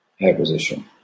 acquisition